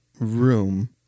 room